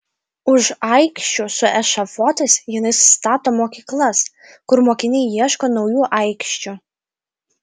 už aikščių su ešafotais jinai stato mokyklas kur mokiniai ieško naujų aikščių